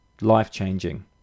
Life-changing